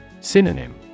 Synonym